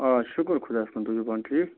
آ شُکُر خۄدایَس کُن تُہۍ چھُو پانہٕ ٹھیٖک